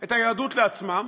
את היהדות לעצמם